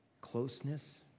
closeness